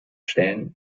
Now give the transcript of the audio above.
stellen